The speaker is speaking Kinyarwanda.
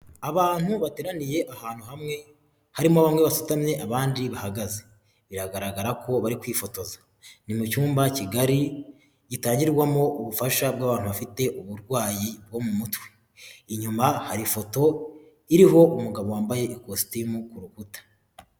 Abantu bateraniye ahantu hamwe harimo bamwe bafitanmye abandi bahagaze, biragaragara ko bari kwifotoza, ni mu cyumba kigari gitangirwamo ubufasha bw'abantu bafite uburwayi bwo mu mutwe. Inyuma hari ifoto iriho umugabo wambaye ikositimu ku rukuta.